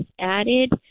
added